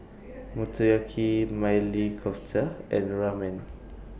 Motoyaki Maili Kofta and Ramen